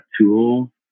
tool